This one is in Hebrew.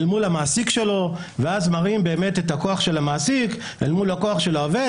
מול המעסיק שלו ואז מראים באמת את הכוח של המעסיק אל מול הכוח של העובד,